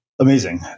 Amazing